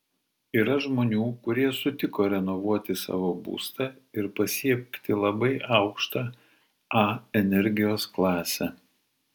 yra žmonių kurie sutiko renovuoti savo būstą ir pasiekti labai aukštą a energijos klasę